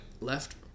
left